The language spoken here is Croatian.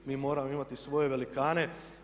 Mi moramo imati svoje velikane.